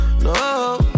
no